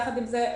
יחד עם זה,